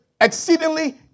exceedingly